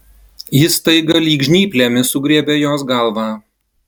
jis staiga lyg žnyplėmis sugriebė jos galvą